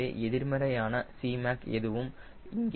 எனவே எதிர்மறையாக உள்ள Cmac எதுவும் இங்கே இல்லை